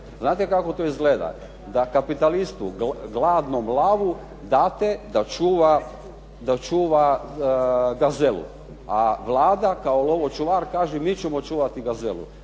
Znate kako to izgleda da kapitalistu gladnom lavu date da čuva gazelu, a Vlada kao lovočuvar kaže mi ćemo čuvati gazelu.